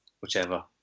Whichever